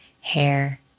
hair